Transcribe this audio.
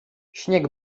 śnieg